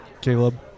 Caleb